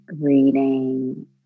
reading